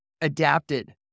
adapted